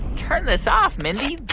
turn this off, mindy.